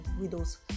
widows